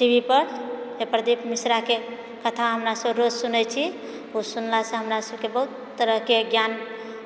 T V पर परदीप मिश्राके कथा हमरा सभ रोज सुनै छी ओ सुनलासँ हमरा सभके बहुत तरहकेँ ज्ञान